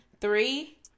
Three